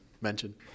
mention